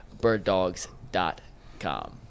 birddogs.com